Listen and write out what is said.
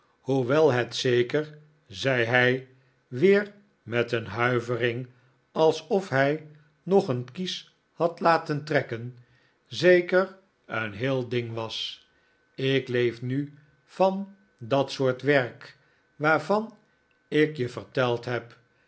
hoewel het zeker zei hij weer met een huivering alsof hij nog een kies had laten trekken david copperfield zeker een heel ding was ik leef nu van dat soort werk waarvan ik je verteld heb